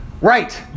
Right